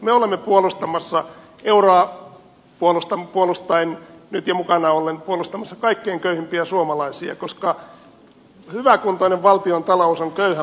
me olemme puolustamassa euroa puolustaen nyt jo mukana ollen kaikkein köyhimpiä suomalaisia koska hyväkuntoinen valtiontalous on köyhän paras ystävä